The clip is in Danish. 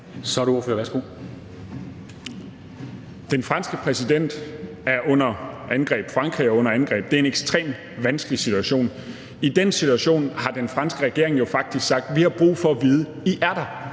Jens Joel (S): Den franske præsident er under angreb. Frankrig er under angreb. Det er en ekstremt vanskelig situation, og i den situation har den franske regering jo faktisk sagt: Vi har brug for at vide, at I er der;